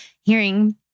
hearing